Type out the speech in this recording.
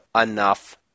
enough